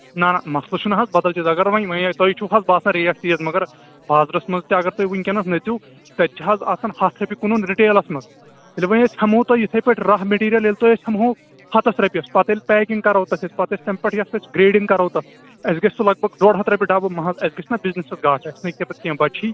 نہَ نہَ مسلہٕ چھُنہٕ حظ بدل چیٖز اگر وۅنۍ وۅنے چھُ تۅہہِ باسان ریٹ تیز تیز مگر بازارس منٛز تہِ اگر تُہۍ وُنکیٚنس نَژو تتہِ چھِ حظ آسان ہتھ رۅپیہِ کٕنُن رِیٹیلس منٛز ییٚلہِ وۅنۍ أسی ہیٚمو تۅہہِ یِتھٕ پاٹھۍ را مِٹیریل ییٚلہِ تۅہہِ أسی ہیٚمہو ہتھس رۅپیَس پتہٕ ییٚلہِ پیکِنٛگ کرو تتھ أسی پتہٕ ٲسۍ تمہِ پیٚٹھٕ یَسہٕ أسۍ گرٛیڈِنٛگ کرو تتھ اسہِ گژھِ سُہ لگ بگ ڈۅڈ ہتھ رۅپیہِ ڈبہٕ محض اسہِ گژھِ نا بِزنٕسَس گاٹہٕ أسی نَے پتہٕ کیٚنٛہہ بچی